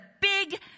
big